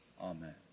Amen